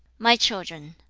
my children,